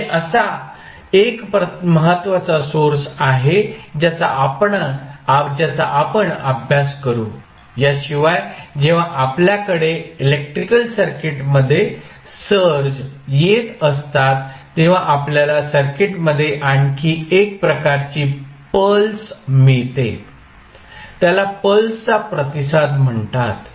म्हणजे असा एक महत्वाचा सोर्स आहे ज्याचा आपण अभ्यास करू या शिवाय जेव्हा आपल्या कडे इलेक्ट्रिकल सर्किटमध्ये सर्ज येत असतात तेव्हा आपल्याला सर्किटमध्ये आणखी एक प्रकारची पल्स मिळते त्याला पल्सचा प्रतिसाद म्हणतात